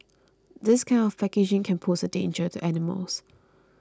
this kind of packaging can pose a danger to animals